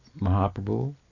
Mahaprabhu